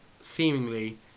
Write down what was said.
seemingly